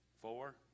Four